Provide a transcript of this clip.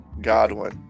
Godwin